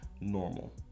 normal